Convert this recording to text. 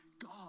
god